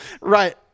Right